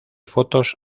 fotos